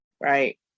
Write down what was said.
right